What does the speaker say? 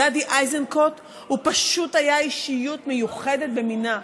גדי איזנקוט הוא פשוט אישיות מיוחדת במינה.